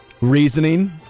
reasoning